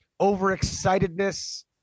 overexcitedness